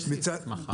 יש סעיף הסמכה.